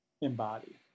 embody